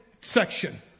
section